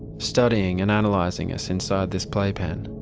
studying and analysing us inside this playpen,